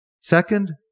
Second